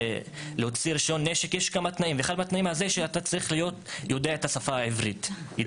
להוצאת רישיון לנשק הוא ידיעת השפה העברית.